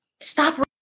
stop